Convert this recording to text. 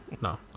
no